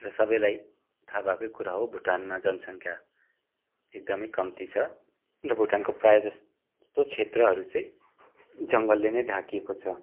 र सबैलाई थाहा भएकै कुरा हो भुटानमा जनसङ्ख्या एकदमै कम्ती छ भुटानको प्रायः जस्तो क्षेत्रहरू चाहिँ जङ्गलले नै ढाकिएको छ